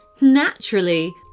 Naturally